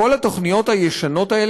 כולל מי שמבקש היתר להעסקה,